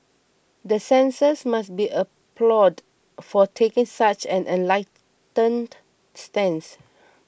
the censors must be applauded for taking such an enlightened stance